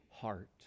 heart